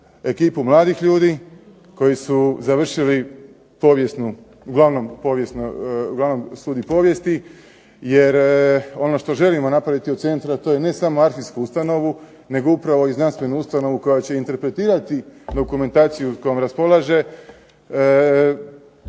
ekipu mladih ljudi koji su završili povijesnu, uglavnom studij povijesti, jer ono što želimo napraviti u centru a to je ne samo arhivsku ustanovu, nego upravo i znanstvenu ustanovu koja će interpretirati dokumentaciju kojom raspolaže.